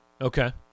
Okay